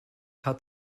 hat